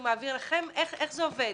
הוא מעביר לכם - איך זה עובד?